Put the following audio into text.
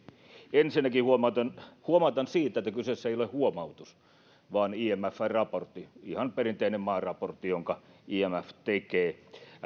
ensinnäkin huomautan siitä että kyseessä ei ole huomautus vaan imfn raportti ihan perinteinen maaraportti jonka imf tekee